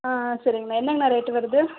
ஆ சரிங்கண்ணா என்னங்கண்ணா ரேட்டு வருது